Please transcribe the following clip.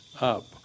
up